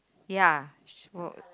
ya so